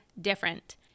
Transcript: different